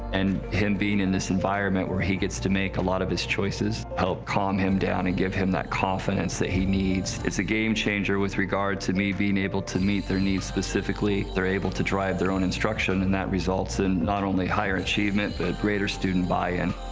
and him being in this environment where he gets to make a lot of his choices helped calm him down and give him that confidence that he needs. it is a game-changer with regard to me being able to meet their needs specifically. they're able to drive their own instruction, and that results in not only higher achievement but greater student buy-in.